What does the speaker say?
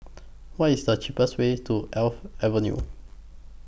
What IS The cheapest Way to Alps Avenue